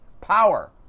power